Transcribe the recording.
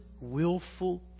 willful